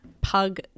pug